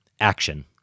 action